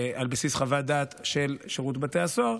על בסיס חוות דעת של שירות בתי הסוהר,